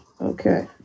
Okay